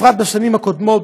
בפרט בשנים הקודמות,